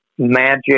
magic